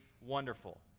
wonderful